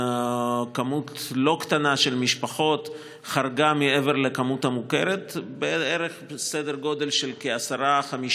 כמות לא קטנה של משפחות חרגה מעבר לכמות המוכרת בסדר גודל של כ-10%-15%.